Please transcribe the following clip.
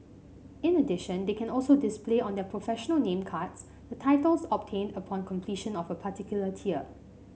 in addition they can also display on their professional name cards the titles obtained upon completion of a particular tier